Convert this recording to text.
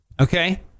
Okay